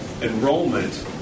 enrollment